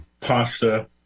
pasta